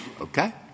okay